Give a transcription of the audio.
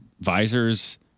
visors